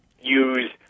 use